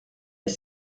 est